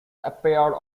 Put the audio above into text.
appeared